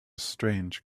strange